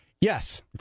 Yes